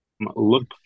Look